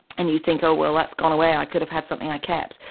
and you think, oh well, that's gone away, i could have had something i kept,